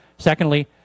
Secondly